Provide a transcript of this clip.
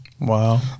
Wow